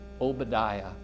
Obadiah